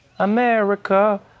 America